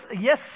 yes